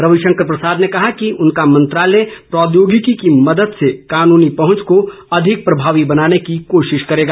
रविशंकर प्रसाद ने कहा कि उनका मंत्रालय प्रोद्योगिकी की मदद से कानूनी पहुंच को अधिक प्रभावी बनाने की कोशिश करेगा